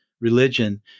religion